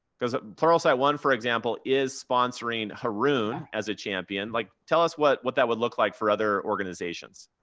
because pluralsight one, for example, is sponsoring haroon as a champion. like, tell us what what that would look like for other organizations.